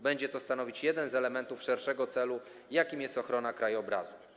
Będzie to stanowić jeden z elementów szerszego celu, jakim jest ochrona krajobrazu.